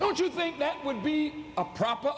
don't you think that would be a proper